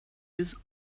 his